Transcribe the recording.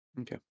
Okay